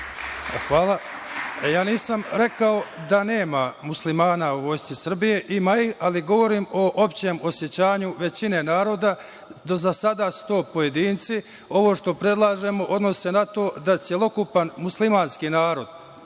Hvala. Ja nisam rekao da nema muslimana u Vojsci Srbije, ima ih, ali govorim o opštem osećanju većine naroda da su za sada to pojedinci. Ovo što predlažem odnosi se na to da će celokupan muslimanski narod,